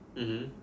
mmhmm